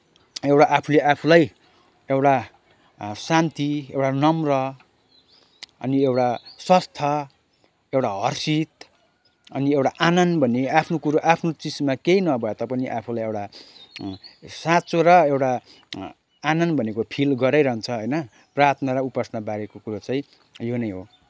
एउटा आफूले आफूलाई एउटा शान्ति एउटा नम्र अनि एउटा स्वास्थ्य एउटा हर्षित अनि एउटा आनन्द भन्ने आफ्नो कुरो आफ्नो चिजमा केही नभए तापनि आफूलाई एउटा साँचो र एउटा आनन्द भनेको फिल गराइरहन्छ होइन प्रार्थना र उपासनाबारेको कुरो चाहिँ यो नै हो